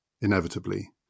inevitably